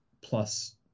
plus